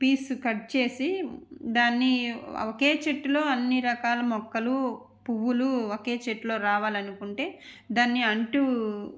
పీసు cut చేసి దాన్ని ఒకే చెట్టులో అన్ని రకాల మొక్కలు పువ్వులు ఒకే చెట్లు రావాలనుకుంటే దాన్ని అంటూ